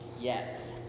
Yes